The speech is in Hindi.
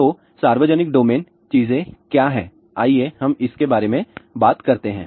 तो सार्वजनिक डोमेन चीजें क्या हैं आइए हम इसके बारे में बात करते हैं